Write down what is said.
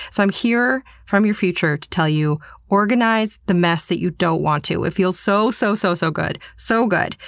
am here from your future to tell you organize the mess that you don't want to. it feels so, so, so so good. so good!